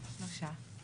2 נמנעים,